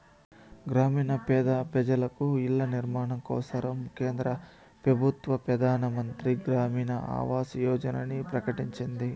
గ్రామీణ పేద పెజలకు ఇల్ల నిర్మాణం కోసరం కేంద్ర పెబుత్వ పెదానమంత్రి గ్రామీణ ఆవాస్ యోజనని ప్రకటించింది